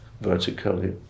vertically